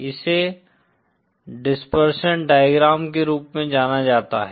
इसे dispersion diagram के रूप में जाना जाता है